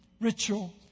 ritual